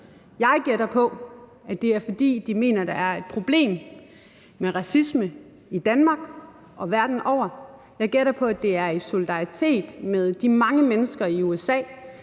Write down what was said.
Jeg gætter på, at det er, fordi de mener, at der er et problem med racisme i Danmark og verden over. Jeg gætter på, at det er i solidaritet med de mange mennesker i USA,